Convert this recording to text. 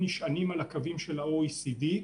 נשענים על הקווים של ה-OECD,